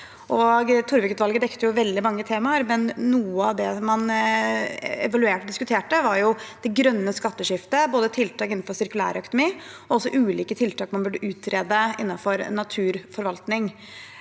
Torvik-utvalget dekket veldig mange temaer, og noe av det de evaluerte og diskuterte, var det grønne skatteskiftet – både tiltak innenfor sirkulærøkonomi og ulike tiltak en burde utrede innenfor naturforvaltning.